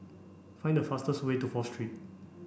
find the fastest way to Fourth Street